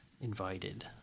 invited